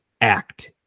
act